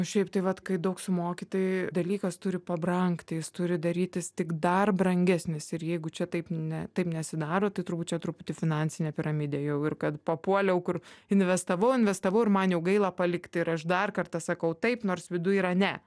šiaip tai vat kai daug sumoki tai dalykas turi pabrangti jis turi darytis tik dar brangesnis ir jeigu čia taip ne taip nesidaro turbūt čia truputį finansinė piramidė jau ir kad papuoliau kur investavau investavau ir man jau gaila palikti ir aš dar kartą sakau taip nors viduj yra ne